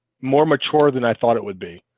more mature than i thought it would be